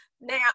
now